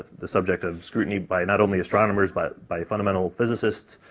the subject of scrutiny by not only astronomers, but by fundamental physicists,